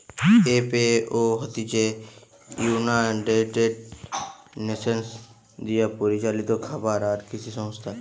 FAO হতিছে united nations দিয়া পরিচালিত খাবার আর কৃষি সংস্থা